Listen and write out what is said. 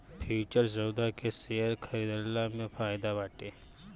futures सौदा के share खरीदला में फायदा बाटे